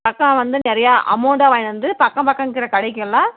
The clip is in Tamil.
மொத்தமாக வந்து நிறையா அமௌண்டாக வாங்கினு வந்து பக்கம் பக்கம் இருக்கிற கடைக்கெல்லாம்